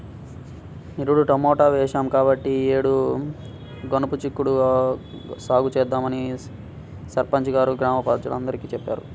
నిరుడు టమాటా వేశాం కాబట్టి ఈ యేడు గనుపు చిక్కుడు సాగు చేద్దామని సర్పంచి గారు గ్రామ ప్రజలందరికీ చెప్పారు